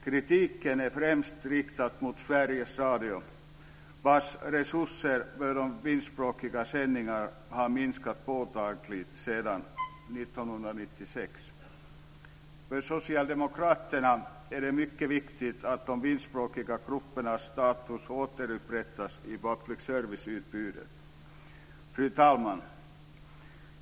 Kritiken är främst riktad mot Sveriges Radio, vars resurser för de finskspråkiga sändningarna har minskat påtagligt sedan 1996. För socialdemokraterna är det mycket viktigt att de finskspråkiga gruppernas status återupprättas i public service-utbudet. Fru talman!